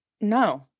No